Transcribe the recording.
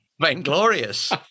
vainglorious